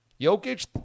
Jokic